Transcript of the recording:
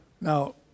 Now